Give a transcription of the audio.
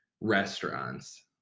restaurants